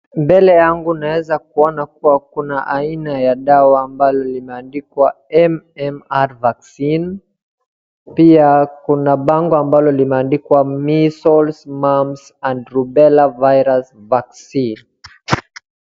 Mbele yangu naeza kuona kuwa kuna aina ya dawa ambalo limeandikwa MMR Vaccine . Pia kuna bango ambalo limeandikwa Measles, Mumps and Rubella Virus Vaccine .